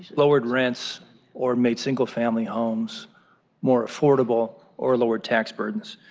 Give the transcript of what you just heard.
lowered rent or made single family homes more affordable or lower tax burdens.